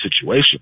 situation